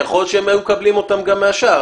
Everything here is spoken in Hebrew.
שיכול להיות שהם היו מקבלים אותם גם מהשאר.